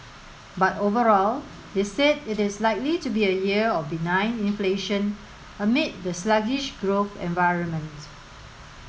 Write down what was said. but overall they said it is likely to be a year of benign inflation amid the sluggish growth environment